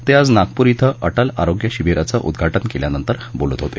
ते आज नागपूर इथं अटल आरोग्य शिबिराचं उद्घाटन केल्यानंतर बोलत होते